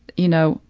you know,